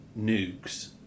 nukes